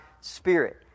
spirit